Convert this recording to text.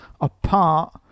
apart